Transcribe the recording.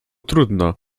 trudno